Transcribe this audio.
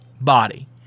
body